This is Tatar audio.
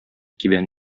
кибән